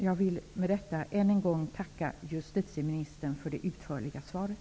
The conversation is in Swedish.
Jag vill med detta än en gång tacka justitieministern för det utförliga svaret.